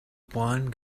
blonde